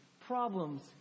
problems